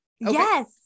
yes